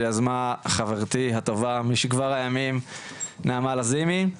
שיזמה חברתי הטובה משכבר הימים נעמה לזימי,